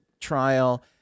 trial